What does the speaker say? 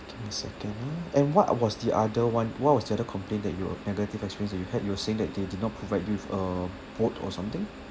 give me a second ah and what was the other [one] what was the other complaint that you were negative experience that you had you were saying that they did not provide you with a boat or something